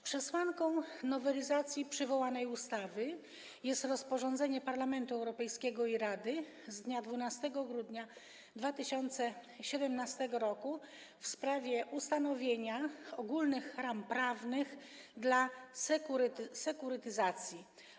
Przesłanką nowelizacji przywołanej ustawy jest rozporządzenie Parlamentu Europejskiego i Rady z dnia 12 grudnia 2017 r. w sprawie ustanowienia ogólnych ram prawnych dla sekurytyzacji.